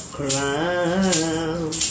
crown